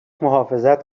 محافظت